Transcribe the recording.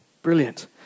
Brilliant